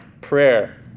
prayer